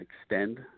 extend